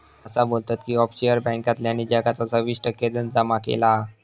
असा बोलतत की ऑफशोअर बॅन्कांतल्यानी जगाचा सव्वीस टक्के धन जमा केला हा